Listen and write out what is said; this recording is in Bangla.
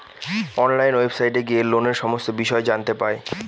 অনলাইন ওয়েবসাইটে গিয়ে লোনের সমস্ত বিষয় জানতে পাই